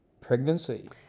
pregnancy